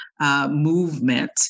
movement